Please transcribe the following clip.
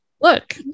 look